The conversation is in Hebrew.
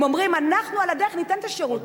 הם אומרים: אנחנו על הדרך ניתן את השירותים.